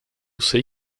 sei